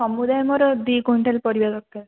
ସମୁଦାୟ ମୋର ଦୁଇ କୁଇଣ୍ଟାଲ୍ ପରିବା ଦରକାର